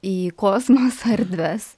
į kosmoso erdves